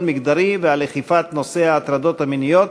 מגדרי ועל אכיפת נושא ההטרדות המיניות